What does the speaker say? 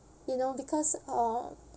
you know because um